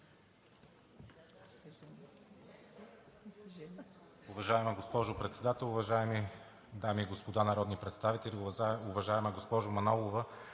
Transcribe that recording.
Уважаема госпожо председател, уважаеми дами и господа народни представители! Уважаема госпожо Манолова,